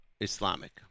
Islamic